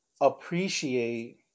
appreciate